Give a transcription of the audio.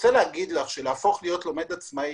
אני רוצה להגיד שלהפוך להיות לומד עצמאי